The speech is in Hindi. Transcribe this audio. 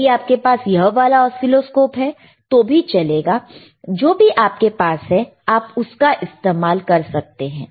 यदि आपके पास यह वाला ऑसीलोस्कोप तो भी चलेगा जो भी आपके पास है आप उसका इस्तेमाल कर सकते हैं